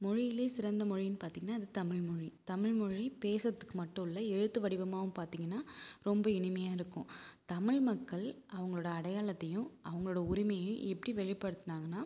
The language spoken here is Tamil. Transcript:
மொழியிலேயே சிறந்த மொழின்னு பார்த்தீங்கன்னா அது தமிழ்மொழி தமிழ்மொழி பேசுகிறதுக்கு மட்டும் இல்லை எழுத்து வடிவமாகவும் பார்த்தீங்கன்னா ரொம்ப இனிமையாக இருக்கும் தமிழ் மக்கள் அவங்களோடய அடையாளத்தையும் அவங்களோடய உரிமையையும் எப்படி வெளிப்படுத்துனாங்கனா